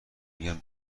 میگن